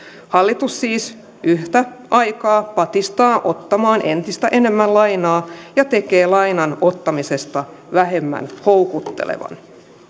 hallitus siis yhtä aikaa patistaa ottamaan entistä enemmän lainaa ja tekee lainan ottamisesta vähemmän houkuttelevaa